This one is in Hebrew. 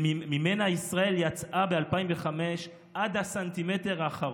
שממנה ישראל יצאה ב-2005 עד הסנטימטר האחרון,